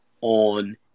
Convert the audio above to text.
on